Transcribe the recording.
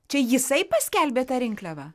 čia jisai paskelbė tą rinkliavą